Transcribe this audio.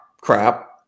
crap